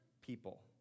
people